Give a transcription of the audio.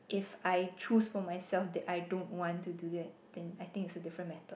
if I choose for myself that I don't want to do that then I think it's a different matter